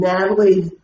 Natalie